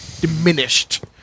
diminished